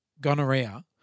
gonorrhea